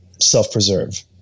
self-preserve